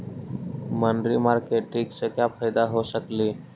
मनरी मारकेटिग से क्या फायदा हो सकेली?